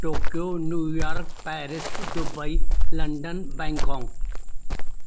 Tokyo New York Paris Dubai London Bangkok